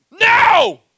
No